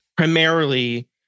Primarily